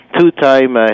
two-time